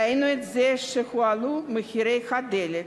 ראינו את זה כשהועלו מחירי הדלק,